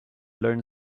learn